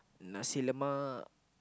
nasi-lemak